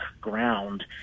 ground